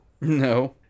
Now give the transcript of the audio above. No